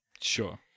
Sure